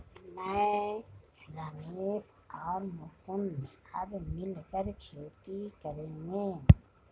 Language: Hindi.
मैं, रमेश और मुकुंद अब मिलकर खेती करेंगे